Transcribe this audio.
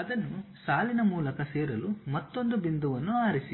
ಅದನ್ನು ಸಾಲಿನ ಮೂಲಕ ಸೇರಲು ಮತ್ತೊಂದು ಬಿಂದುವನ್ನು ಆರಿಸಿ